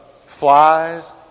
flies